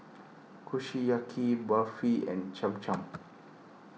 Kushiyaki Barfi and Cham Cham